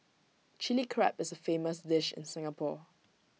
Chilli Crab is A famous dish in Singapore